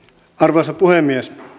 arvoisa puhemies